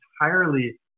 entirely